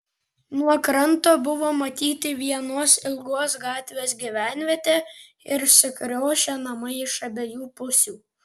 nuo kranto buvo matyti vienos ilgos gatvės gyvenvietė ir sukriošę namai iš abiejų pusių